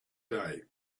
day